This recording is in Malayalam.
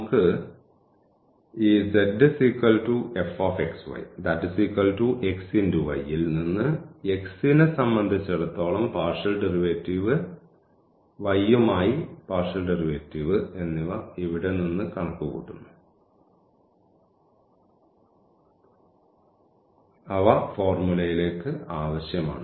നമുക്ക് ഈ ൽ നിന്ന് x നെ സംബന്ധിച്ചിടത്തോളം പാർഷ്യൽ ഡെറിവേറ്റീവ് y യുമായി പാർഷ്യൽ ഡെറിവേറ്റീവ് എന്നിവ ഇവിടെ നിന്ന് കണക്കുകൂട്ടുന്നു അവ ഫോർമുലയിലേക്ക് ആവശ്യമാണ്